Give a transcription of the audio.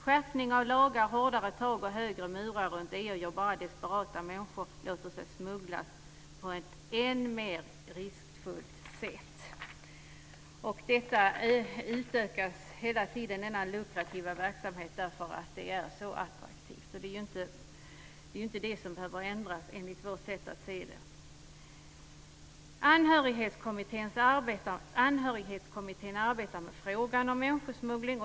Skärpning av lagar, hårdare tag och högre murar runt EU gör bara att desperata människor låter sig smugglas på ett än mer riskfyllt sätt. Denna lukrativa verksamhet utökas hela tiden, därför att det handlar om något så attraktivt. Det är inte det som behöver ändras, enligt vårt sätt att se det. Anhörighetskommittén arbetar med frågan om människosmuggling.